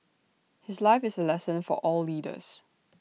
his life is A lesson for all leaders